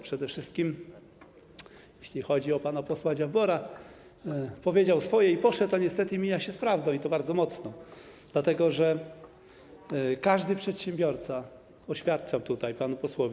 Przede wszystkim jeśli chodzi o pana posła Dziambora - powiedział swoje i poszedł, a niestety mija się z prawdą, i to bardzo mocno, dlatego że każdy przedsiębiorca, oświadczam tutaj panu posłowi.